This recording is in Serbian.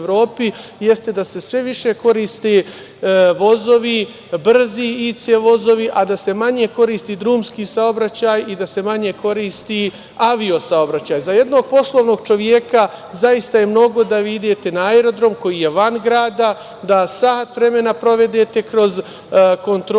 jeste da se sve više koriste vozovi, brzi IC vozovi, a da se manje koristi drumski saobraćaj i da se manje koristi avio saobraćaj. Za jednog poslovnog čoveka zaista je mnogo da vi idete na aerodrom koji je van grada, da sat vremena provedete kroz kontrole,